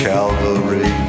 Calvary